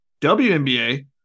WNBA